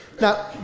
Now